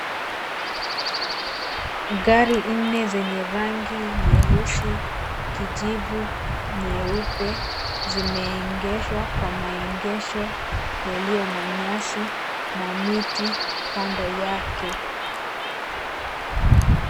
Gari nne zenye rangi: nyeusi, kijivu, nyeupe zimeegeshwa kwa maegesho yaliyo na nyasi na miti kando yake.